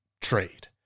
trade